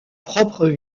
propre